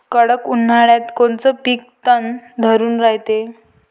कडक उन्हाळ्यात कोनचं पिकं तग धरून रायते?